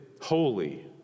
holy